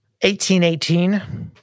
1818